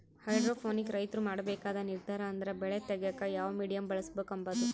hydroponic ರೈತ್ರು ಮಾಡ್ಬೇಕಾದ ನಿರ್ದಾರ ಅಂದ್ರ ಬೆಳೆ ತೆಗ್ಯೇಕ ಯಾವ ಮೀಡಿಯಮ್ ಬಳುಸ್ಬಕು ಅಂಬದು